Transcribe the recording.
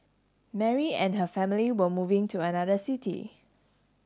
Mary and her family were moving to another city